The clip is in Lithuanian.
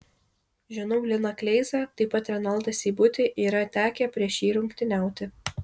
žinau liną kleizą taip pat renaldą seibutį yra tekę prieš jį rungtyniauti